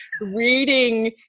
reading